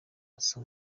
usa